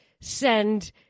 send